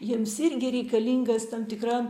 jiems irgi reikalingas tam tikra